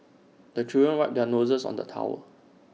the children wipe their noses on the towel